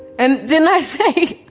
and didn't i say,